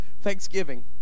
Thanksgiving